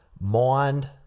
mind